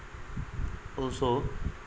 also